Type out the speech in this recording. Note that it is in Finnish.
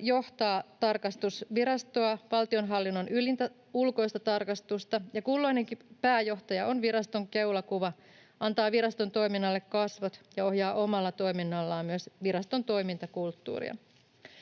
johtaa tarkastusvirastoa, valtionhallinnon ylintä ulkoista tarkastusta, ja kulloinenkin pääjohtaja on viraston keulakuva, antaa viraston toiminnalle kasvot ja ohjaa omalla toiminnallaan myös viraston toimintakulttuuria.